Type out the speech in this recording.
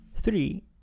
Three